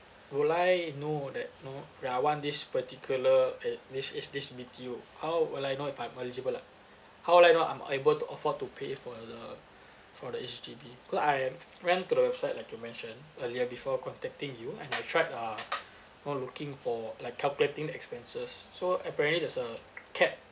will I know that you know like I want this particular uh this is this B_T_O how would I know if I'm eligible like how would I know like I'm able to afford to pay for the for the H_D_B cause I went to the website like you mentioned earlier before contacting you and I tried uh you know looking for like calculating the expenses so apparently there's a cap